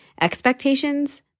expectations